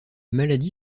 maladie